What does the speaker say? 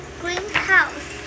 greenhouse